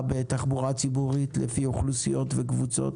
בתחבורה ציבורית לפי אוכלוסיות וקבוצות?